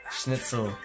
Schnitzel